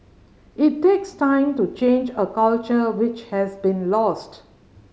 it takes time to change a culture which has been lost